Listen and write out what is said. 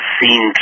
seen